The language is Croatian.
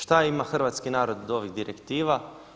Šta ima hrvatski narod od ovih direktiva?